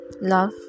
Love